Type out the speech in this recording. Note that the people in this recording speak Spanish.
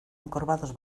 encorvados